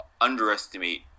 underestimate